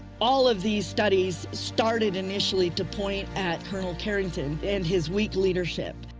all of these studies started initially to point at colonel carrington and his weak leadership.